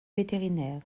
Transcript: vétérinaire